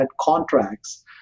contracts